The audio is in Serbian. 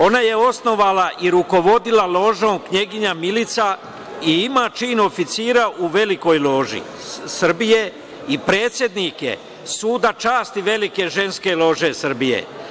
Ona je osnovana i rukovodila ložom Knjeginja Milica i ima čin oficira u Velikoj loži Srbije i predsednik je suda časti Velike ženske lože Srbije.